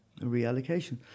reallocation